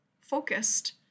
focused